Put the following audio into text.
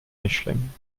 mischling